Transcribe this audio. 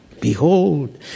Behold